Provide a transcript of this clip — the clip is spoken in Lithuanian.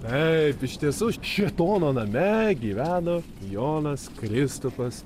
taip iš tiesų šėtono name gyveno jonas kristupas